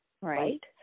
right